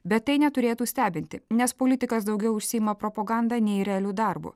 bet tai neturėtų stebinti nes politikas daugiau užsiima propoganda nei realiu darbu